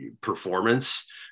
performance